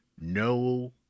no